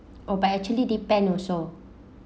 oh but actually depend also